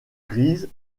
grise